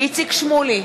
איציק שמולי,